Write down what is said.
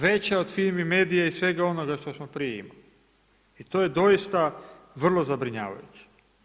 Veća je od Fimi Medie i svega ono što smo prije imali i to je doista vrlo zabrinjavajuće.